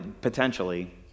potentially